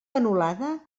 anul·lada